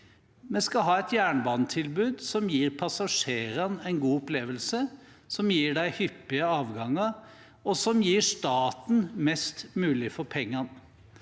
Vi skal ha et jernbanetilbud som gir passasje rene en god opplevelse, som gir dem hyppige avganger, og som gir staten mest mulig for pengene.